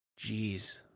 Jeez